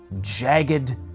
jagged